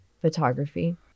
photography